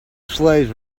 slaves